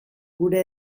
gure